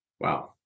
Wow